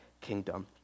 kingdom